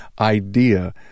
idea